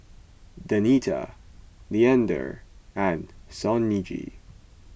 Danita Leander and Sonji